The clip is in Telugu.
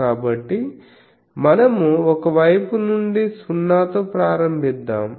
కాబట్టి మనము ఒక వైపు నుండి 0 తో ప్రారంభిద్దాం